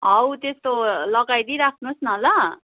हौ त्यस्तो लगाइराख्नु होस् न ल